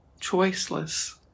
choiceless